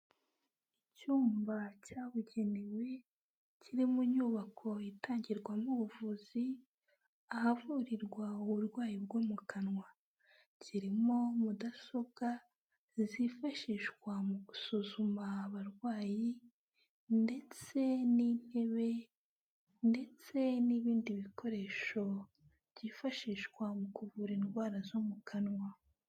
Icyumba cyabugenewe, kiri mu nyubako itangirwamo ubuvuzi, ahavurirwa uburwayi bwo mu kanwa, kirimo mudasobwa, zifashishwa mu gusuzuma abarwayi ndetse n'intebe ndetse n'ibindi bikoresho, byifashishwa mu kuvura indwara zo mu kanwa.